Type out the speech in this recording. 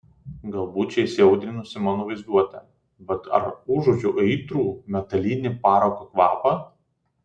galbūt čia įsiaudrinusi mano vaizduotė bet ar užuodžiu aitrų metalinį parako kvapą